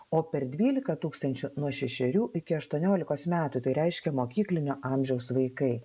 o per dvylika tūkstančių nuo šešerių iki aštuoniolikos metų tai reiškia mokyklinio amžiaus vaikai